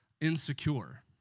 insecure